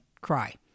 cry